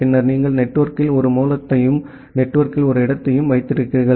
பின்னர் நீங்கள் நெட்வொர்க்கில் ஒரு மூலத்தையும் நெட்வொர்க்கில் ஒரு இடத்தையும் வைத்திருக்கிறீர்கள்